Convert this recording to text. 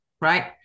right